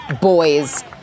boys